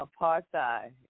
apartheid